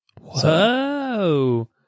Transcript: Whoa